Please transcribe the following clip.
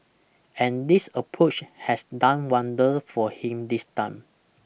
and this approach has done wonders for him this time